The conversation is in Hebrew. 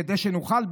כדי שנוכל,